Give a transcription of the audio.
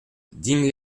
digne